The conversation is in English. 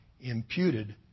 imputed